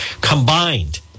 Combined